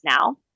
now